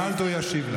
שאלת, הוא ישיב לך.